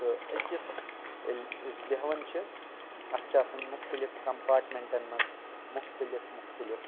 تہٕ أکِس ییٚلہِ أسۍ بیٚہوان چھِ اَتھ چھِ آسان مُختلِف کمپارٹمینٹن منٛز مُختلِف مُختلِف